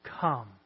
come